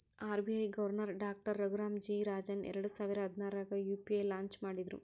RBI governor doctor Raghuram G Rajan ಎರಡಸಾವಿರ ಹದ್ನಾರಾಗ UPI launch ಮಾಡಿದ್ರು